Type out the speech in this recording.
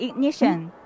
IGNITION